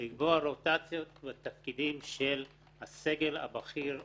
לקבוע רוטציות לתפקידים של הסגל הבכיר המוביל,